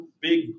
big